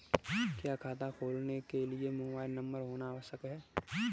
क्या खाता खोलने के लिए मोबाइल नंबर होना आवश्यक है?